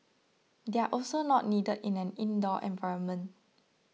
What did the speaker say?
they are also not needed in an indoor environment